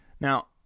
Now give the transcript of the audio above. Now